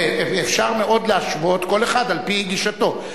אפשר מאוד להשוות, כל אחד על-פי גישתו.